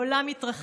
/ בעולם יתרחש?!